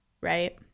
right